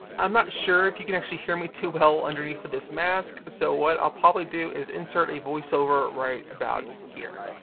i'm not sure if you can actually hear me too well underneath of this mask, so what i'll probably do is insert a voice-over right about here.